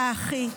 אתה אחי.